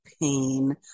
pain